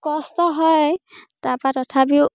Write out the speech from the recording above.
কষ্ট হয় তাৰপৰা তথাপিও